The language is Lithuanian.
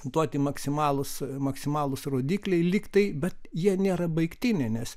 duoti maksimalūs maksimalūs rodikliai lygtai bet jie nėra baigtiniai nes